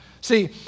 See